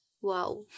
wow